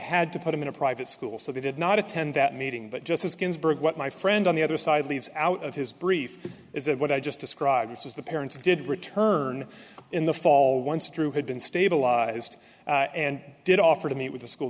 had to put him in a private school so they did not attend that meeting but justice ginsburg what my friend on the other side leaves out of his brief is that what i just described is the parents did return in the fall once drew had been stabilized and did offer to meet with the school